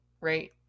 right